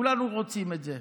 כולנו רוצים את זה.